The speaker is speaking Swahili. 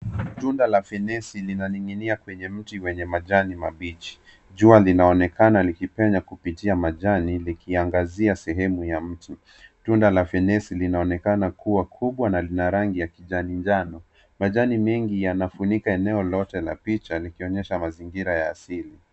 Tunda la finesi linaning'inia kwenye mti wenye majani mabichi. Jua linaonekana likipenya kupitia majani ,likiangazia sehemu ya mti. Tunda la finesi linaonekana kuwa kubwa na lina rangi ya kijani njano. Majani mengi yanafunika eneo lote la picha, likionyesha mazingira ya asili.